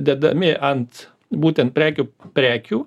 dedami ant būtent prekių prekių